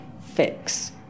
fix